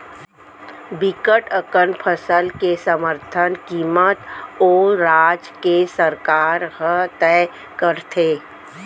बिकट अकन फसल के समरथन कीमत ओ राज के सरकार ह तय करथे